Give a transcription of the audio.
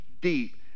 deep